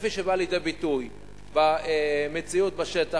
כפי שבא לידי ביטוי במציאות בשטח,